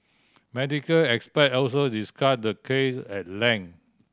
medical expert also discussed the case at length